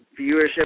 viewership